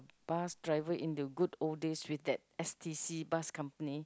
bus driver in the good old days with that s_t_c bus company